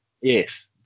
Yes